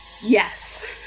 Yes